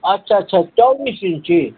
अच्छा अच्छा चौबीस इंची